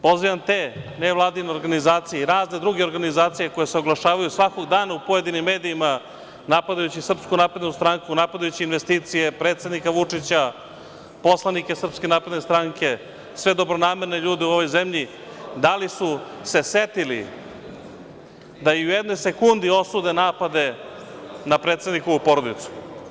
Pozivam te nevladine organizacije i razne druge organizacije koje se oglašavaju svakog dana u pojedinim medijima, napadajući SNS, napadajući investicije, predsednika Vučića, poslanike SNS, sve dobronamerne ljude u ovoj zemlji, dali su se setili da i u jednoj sekundi osude napade na predsednikovu porodicu.